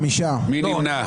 מי נמנע?